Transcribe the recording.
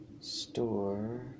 Store